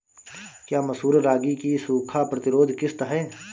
क्या मसूर रागी की सूखा प्रतिरोध किश्त है?